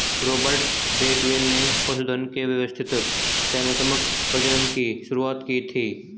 Robert Bakewell ने पशुधन के व्यवस्थित चयनात्मक प्रजनन की शुरुआत की थी